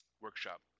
workshop